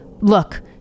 Look